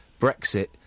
Brexit